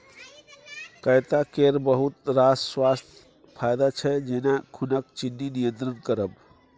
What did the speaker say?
कैता केर बहुत रास स्वास्थ्य फाएदा छै जेना खुनक चिन्नी नियंत्रण करब